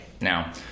Now